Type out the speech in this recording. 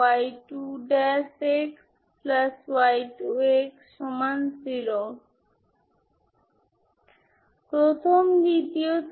অন্যান্য সমস্ত সমাধান হল সিরিজ সমাধান যা সীমাহীন ± 1